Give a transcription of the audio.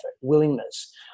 willingness